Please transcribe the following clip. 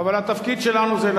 אבל התפקיד שלנו זה,